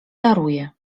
daruję